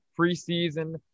preseason